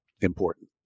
important